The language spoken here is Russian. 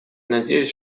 надеюсь